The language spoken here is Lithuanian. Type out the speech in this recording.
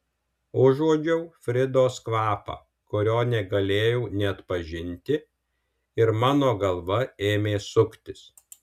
užuodžiau fridos kvapą kurio negalėjau neatpažinti ir mano galva ėmė suktis